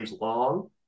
long